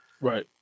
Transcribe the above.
Right